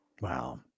wow